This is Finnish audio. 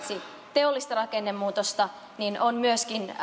teollista rakennemuutosta ja on myöskin